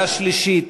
תצטרפו.